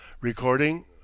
Recording